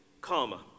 karma